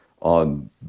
on